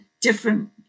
different